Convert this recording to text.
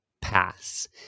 pass